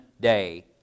day